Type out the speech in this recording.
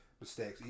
mistakes